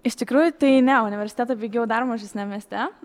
iš tikrųjų tai ne universitetą baigiau dar mažesniam mieste